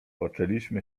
poczęliśmy